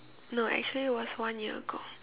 no actually it was one year ago